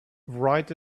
write